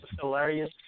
hilarious